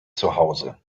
zuhause